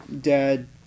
dad